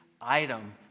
item